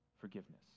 forgiveness